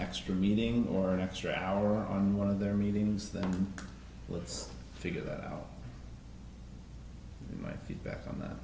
extra meeting or an extra hour on one of their meetings that let's figure out my feedback on that